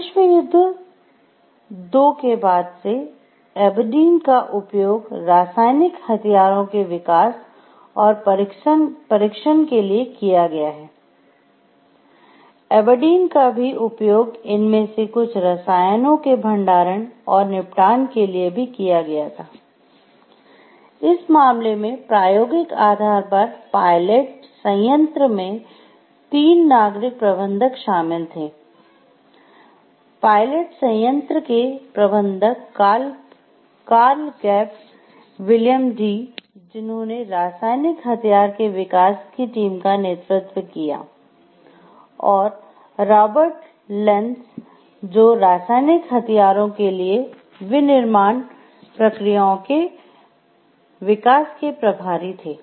विश्व युद्ध 2 के बाद से एबरडीन प्रक्रियाओं के विकास के प्रभारी थे